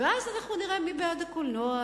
ואז אנחנו נראה מי בעד הקולנוע,